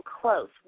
close